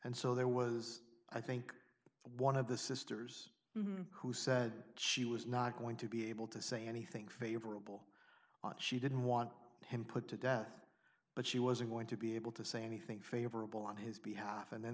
and so there was i think one of the sisters who said she was not going to be able to say anything favorable aunt she didn't want him put to death but she wasn't going to be able to say anything favorable on his behalf and then